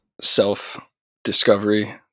self-discovery